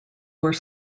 were